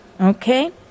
okay